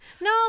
No